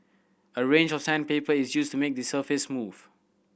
a range of sandpaper is used to make the surface smooth